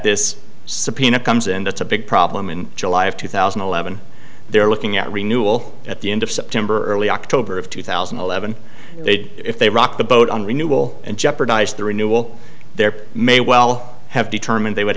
this subpoena comes in that's a big problem in july of two thousand and eleven they are looking at renewal at the end of september early october of two thousand and eleven they'd if they rock the boat on renewal and jeopardize the renewal there may well have determined they would